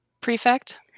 Prefect